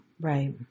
right